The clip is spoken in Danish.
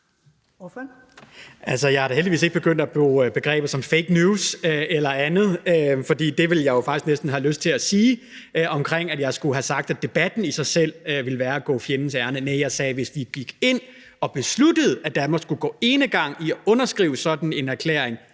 Jeg er da heldigvis ikke begyndt at bruge begreber som fake news eller andet, fordi det ville jeg jo faktisk næsten have lyst til at sige om det, at jeg skulle have sagt, at debatten i sig selv ville være at gå fjendens ærinde. Næ, jeg sagde, at hvis vi gik ind og besluttede, at Danmark skulle gå enegang og underskrive sådan en erklæring,